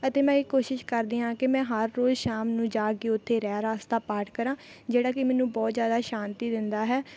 ਅਤੇ ਮੈਂ ਇਹ ਕੋਸ਼ਿਸ਼ ਕਰਦੀ ਹਾਂ ਕਿ ਮੈਂ ਹਰ ਰੋਜ਼ ਸ਼ਾਮ ਨੂੰ ਜਾ ਕੇ ਉੱਥੇ ਰਹਿਰਾਸ ਦਾ ਪਾਠ ਕਰਾਂ ਜਿਹੜਾ ਕਿ ਮੈਨੂੰ ਬਹੁਤ ਜ਼ਿਆਦਾ ਸ਼ਾਂਤੀ ਦਿੰਦਾ ਹੈ